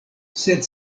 sed